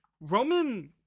Roman